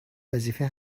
وظیفه